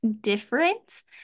difference